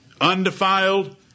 undefiled